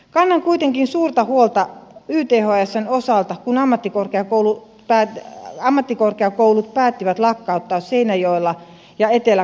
kannan kuitenkin suurta huolta ythsn osalta kun ammattikorkeakoulut päättivät lakkauttaa kokeilun seinäjoella ja etelä karjalassa